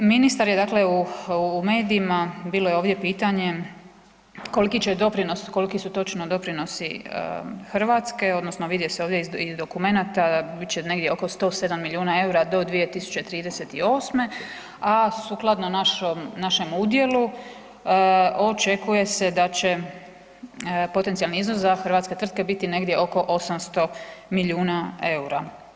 Ministar je dakle u medijima, bilo je ovdje pitanje koliko će doprinos, koliko su točni doprinosi Hrvatske odnosno vidi se ovdje iz dokumenata da bit će negdje oko 107 milijuna eura do 2038., a sukladno našem udjelu, očekuje se da će potencijalni iznos za hrvatske tvrtke biti negdje oko 800 milijuna eura.